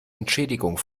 entschädigung